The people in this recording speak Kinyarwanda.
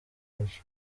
wacu